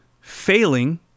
failing